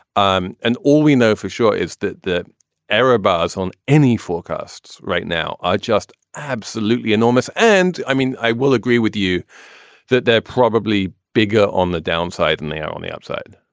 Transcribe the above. and all we know for sure is that the error bars on any forecasts right now are just absolutely enormous. and i mean, i will agree with you that there are probably bigger on the downside than they are on the upside